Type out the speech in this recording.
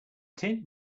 tin